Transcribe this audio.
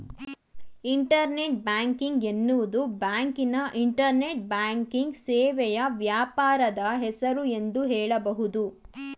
internet banking ಎನ್ನುವುದು ಬ್ಯಾಂಕಿನ internet banking ಸೇವೆಯ ವ್ಯಾಪಾರದ ಹೆಸರು ಎಂದು ಹೇಳಬಹುದು